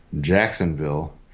Jacksonville